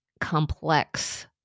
complex